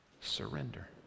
surrender